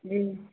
جی